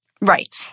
Right